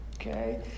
okay